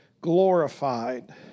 glorified